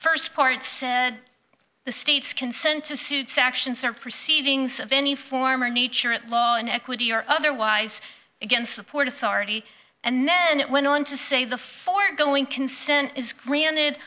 first part said the state's consent to suit sanctions or proceedings of any form or nature at law in equity or otherwise against the port authority and then it went on to say the foregoing consent is granted